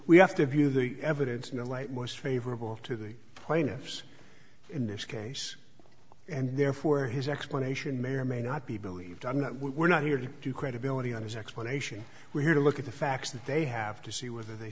we have to view the evidence in the light most favorable to the plaintiffs in this case and therefore his explanation may or may not be believed on that we're not here to do credibility on his explanation we're here to look at the facts that they have to see whether they